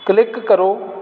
click ਕਰੋ